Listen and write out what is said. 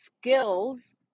skills